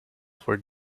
for